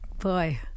boy